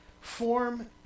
form